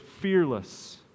fearless